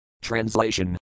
Translation